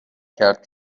کرد